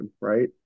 right